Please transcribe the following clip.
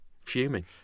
Fuming